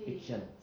fiction